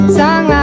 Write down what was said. song